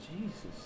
Jesus